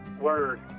Word